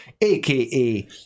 aka